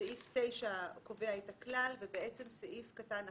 הסעיף קובע את הכלל ובעצם סעיף קטן (11)